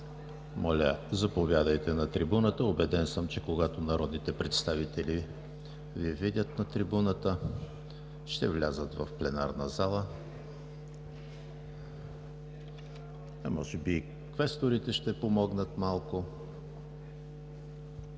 моля, заповядайте на трибуната. Убеден съм, че когато народните представители Ви видят на трибуната, ще влязат в пленарната зала, а може би и квесторите ще помогнат малко.